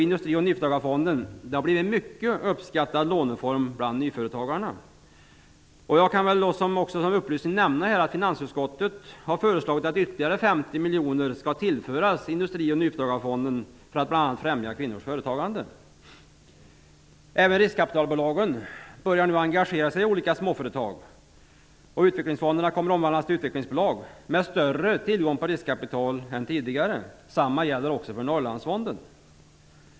Industri och nyföretagarfonden har blivit en mycket uppskattad låneform bland nyföretagarna. Jag kan upplysningsvis nämna att finansutskottet har föreslagit att ytterligare 50 miljoner kronor skall tillföras Industri och nyföretagarfonden för att bl.a. främja kvinnors företagande. Även riskkapitalbolagen börjar nu engagera sig i olika småföretag. Utvecklingsfonderna kommer att omvandlas till utvecklingsbolag med större tillgång på riskkapital än tidigare. Detsamma gäller också för Norrlandsfonden.